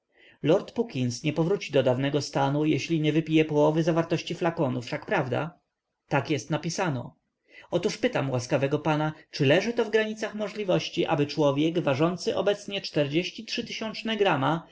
lord puckins nie powróci do dawnego stanu jeśli nie wypije połowy zawartości flakonu wszak prawda tak jest napisano otóż pytam łaskawego pana czy leży to w granicach możliwości aby człowiek ważący obecnie czterdzieści trzy tysiączne grama